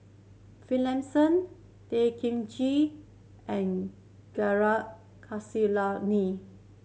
Finlayson Tay Kay Chin and Gaurav